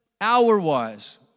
Hour-wise